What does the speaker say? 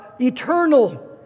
eternal